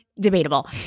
Debatable